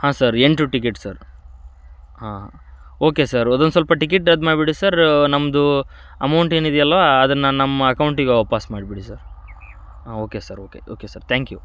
ಹಾಂ ಸರ್ ಎಂಟು ticket sir ಹಾಂ ಓಕೆ ಸರ್ ಅದೊಂದು ಸ್ವಲ್ಪ ಟಿಕೆಟ್ ಅದು ಮಾಡಿಬಿಡಿ ಸರ್ ನಮ್ಮದು ಅಮೌಂಟ್ ಏನಿದೆಯಲ್ವ ಅದನ್ನು ನಮ್ಮ ಅಕೌಂಟಿಗೆ ವಾಪಾಸ್ಸು ಮಾಡಿಬಿಡಿ ಸರ್ ಹಾಂ okay sir okay okay sir thank you